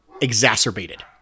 exacerbated